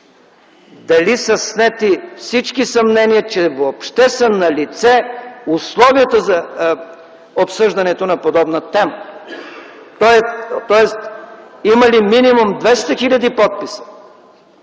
дали са снети всички съмнения, че въобще са налице условията за обсъждането на подобна тема, тоест има ли минимум 200 хиляди подписа,